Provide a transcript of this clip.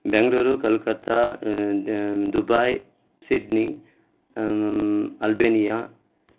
Bengaluru Calcutta Dubai Sydney Albania